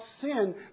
sin